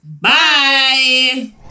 Bye